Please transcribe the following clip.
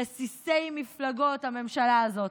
רסיסי מפלגות, הממשלה הזאת,